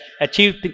achieve